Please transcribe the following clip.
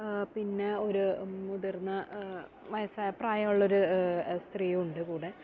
പിന്നെ ഒരു മുതിർന്ന വയസാ പ്രായമുള്ളൊരു സ്ത്രീയുമുണ്ട് കൂടെ